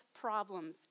problems